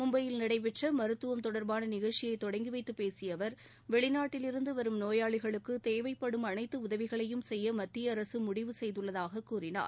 மும்பையில் நடைபெற்ற மருத்துவம் தொடர்பான நிகழ்ச்சியை தொடங்கி வைத்துப் பேசிய அவர் வெளிநாட்டிலிருந்து வரும் நோயாளிகளுக்குத் தேவைப்படும் அனைத்து உதவிகளையும் செய்ய மத்திய அரசு முடிவு செய்துள்ளதாக கூறினார்